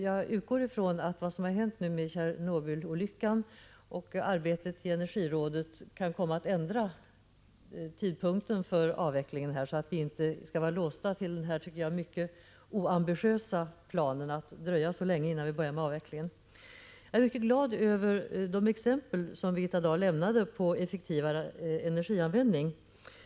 Jag utgår från att vad som nu har hänt — Tjernobylolyckan och arbetet inom energirådet — kan komma att ändra tidpunkten för avvecklingen, så att vi inte skall vara låsta till den enligt min mening mycket oambitiösa planen att dröja så länge innan avvecklingen påbörjas. Jag är mycket glad över de exempel som Birgitta Dahl lämnade på effektivare energianvändning.